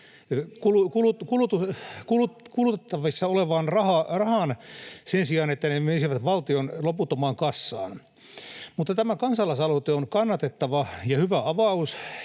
kulutettavissa olevaan rahaan sen sijaan, että ne menisivät valtion loputtomaan kassaan. Mutta tämä kansalaisaloite on kannatettava ja hyvä avaus,